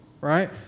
right